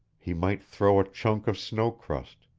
he might throw a chunk of snow-crust,